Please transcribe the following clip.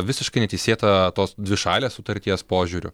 visiškai neteisėta tos dvišalės sutarties požiūriu